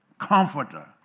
comforter